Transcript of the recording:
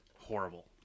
horrible